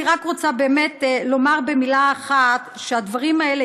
אני רק רוצה באמת לומר במילה אחת שהדברים האלה